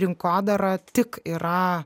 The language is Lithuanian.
rinkodara tik yra